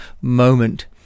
moment